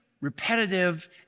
repetitive